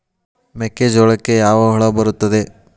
ಮೆಕ್ಕೆಜೋಳಕ್ಕೆ ಯಾವ ಹುಳ ಬರುತ್ತದೆ?